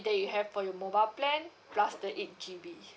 that you have for your mobile plan plus the eight G_B